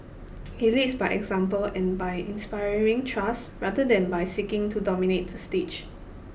he leads by example and by inspiring trust rather than by seeking to dominate the stage